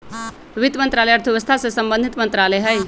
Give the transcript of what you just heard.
वित्त मंत्रालय अर्थव्यवस्था से संबंधित मंत्रालय हइ